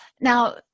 Now